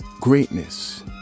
greatness